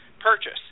purchase